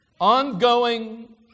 ongoing